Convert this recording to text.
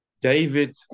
David